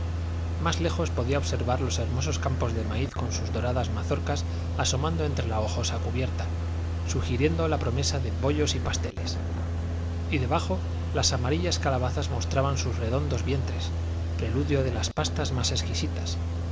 más lejos podía observar los hermosos campos de maíz con sus doradas mazorcas asomando entre la hojosa cubierta sugiriendo la promesa de bollos y pasteles y debajo las amarillas calabazas mostraban sus redondos vientres preludio de las pastas más exquisitas